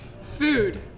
food